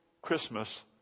Christmas